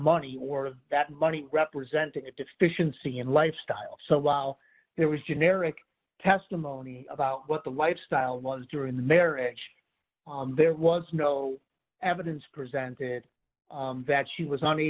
money or that money represented a deficiency in lifestyle so while there was generic testimony about what the lifestyle was during the marriage there was no evidence presented that she was